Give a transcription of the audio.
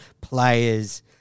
players